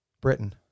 Britain